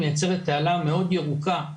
היא מייצרת תעלה מאוד ירוקה.